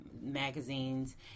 magazines